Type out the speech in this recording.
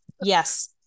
Yes